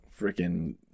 freaking